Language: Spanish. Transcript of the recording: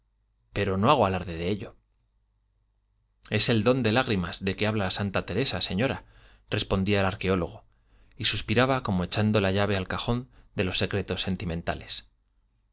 pero no hago alarde de ello es el don de lágrimas de que habla santa teresa señora respondía el arqueólogo y suspiraba como echando la llave al cajón de los secretos sentimentales